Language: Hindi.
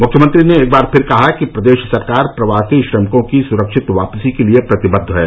मुख्यमंत्री ने एक बार फिर कहा कि प्रदेश सरकार प्रवासी श्रमिकों की सुरक्षित वापसी के लिए प्रतिबद्व है